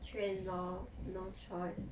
劝 lor no choice